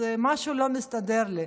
אז משהו לא מסתדר לי.